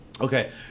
okay